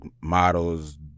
models